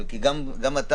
אבל גם אתה,